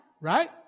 right